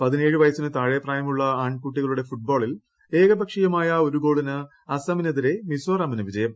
പതിനേഴ് വയസിന് താഴെ പ്രായമുള്ള ആൺകുട്ടികളുടെ ഫുട്ബോളിൽ ഏകപക്ഷീയമായ ഒരു ഗോളിന് അസമിനെതിരെ മിസോറാമിന് വിജയം